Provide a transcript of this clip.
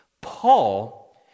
Paul